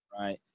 Right